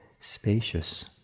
spacious